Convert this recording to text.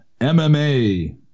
MMA